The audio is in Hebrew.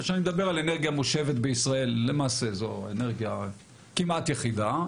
כשאני מדבר על אנרגיה מושבת בישראל למעשה זו אנרגיה כמעט יחידה,